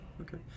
okay